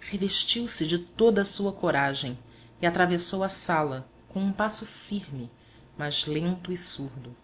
revestiu se de toda a sua coragem e atravessou a sala com um passo firme mas lento e surdo